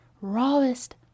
rawest